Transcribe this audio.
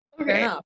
Okay